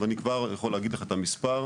ואני כבר יכול להגיד לך את המספר,